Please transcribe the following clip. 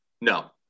no